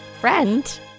friend